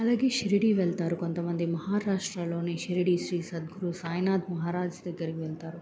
అలాగే షరిడి వెళ్తారు కొంతమంది మహారాష్ట్రలోని షరిడి శ్రీ సద్గురు సాయినాథ్ మహారాజ్ దగ్గరికి వెళ్తారు